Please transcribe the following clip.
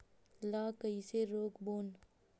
ला कइसे रोक बोन?